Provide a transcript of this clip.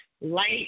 light